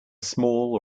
small